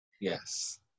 Yes